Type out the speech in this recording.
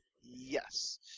Yes